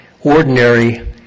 ordinary